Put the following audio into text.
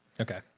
Okay